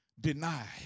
deny